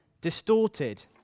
distorted